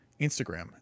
Instagram